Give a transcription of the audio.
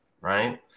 right